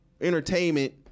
entertainment